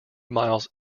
miles